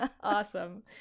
awesome